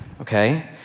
okay